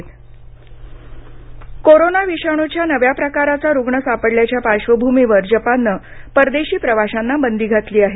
Japan प्रवासी बंदी corona विषाणूच्या नव्या प्रकाराचा रुग्ण सापडल्याच्या पार्श्वभूमीवर जपाननं परदेशी प्रवाशांना बंदी घातली आहे